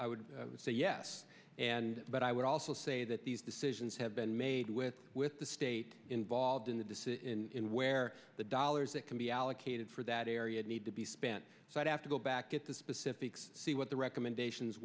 i would say yes and but i would also say that these decisions have been made with with the state involved in the dissin where the dollars that can be allocated for that area need to be spent so i'd have to go back at the specifics see what the recommendations